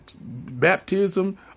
Baptism